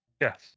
Yes